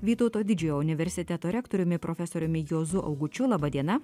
vytauto didžiojo universiteto rektoriumi profesoriumi juozu augučiu laba diena